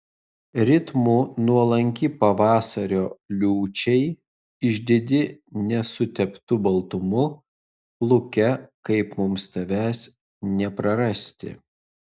ritmu nuolanki pavasario liūčiai išdidi nesuteptu baltumu pluke kaip mums tavęs neprarasti